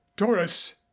doris